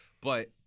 But-